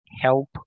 help